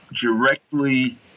directly